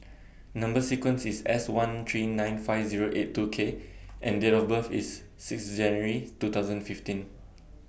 Number sequence IS S one three nine five Zero eight two K and Date of birth IS six January two thousand and fifteen